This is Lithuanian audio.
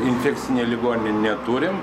infekcinė ligonių neturim